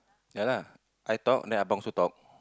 ya lah I talk then abang sure talk